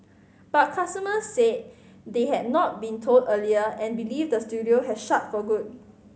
but customers said they had not been told earlier and believe the studio has shut for good